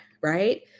right